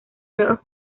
nuevos